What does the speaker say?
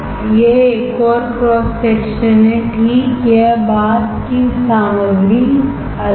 यह एक और क्रॉस सेक्शन है ठीक यह बात है कि सामग्री अलग है